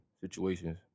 situations